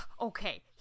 okay